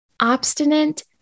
Obstinate